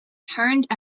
turned